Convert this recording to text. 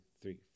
three